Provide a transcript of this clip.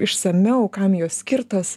išsamiau kam jos skirtos